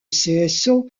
cso